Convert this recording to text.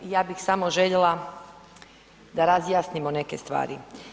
Ja bih samo željela da razjasnimo neke stvari.